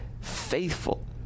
faithful